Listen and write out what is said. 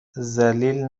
ذلیل